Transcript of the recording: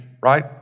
right